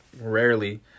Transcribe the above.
rarely